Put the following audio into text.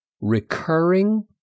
recurring